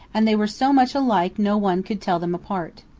and they were so much alike no one could tell them apart.